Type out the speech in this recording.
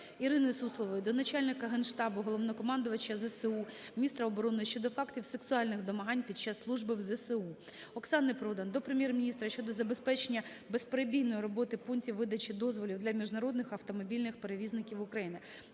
Ірини Суслової до Начальника Генштабу - Головнокомандувача ЗСУ, міністра оборони щодо фактів сексуальних домагань під час служби у ЗСУ. Оксани Продан до Прем'єр-міністра щодо забезпечення безперебійної роботи пунктів видачі дозволів для міжнародних автомобільних перевізників України.